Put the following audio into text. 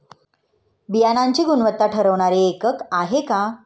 बियाणांची गुणवत्ता ठरवणारे एकक आहे का?